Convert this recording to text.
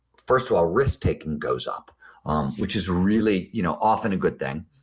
first of all, risk taking goes up um which is really you know often a good thing.